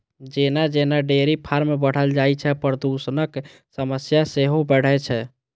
जेना जेना dairy farm बढ़ल जाइ छै, प्रदूषणक समस्या सेहो बढ़ै छै